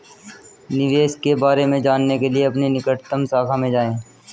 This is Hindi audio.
निवेश के बारे में जानने के लिए अपनी निकटतम शाखा में जाएं